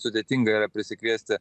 sudėtinga yra prisikviesti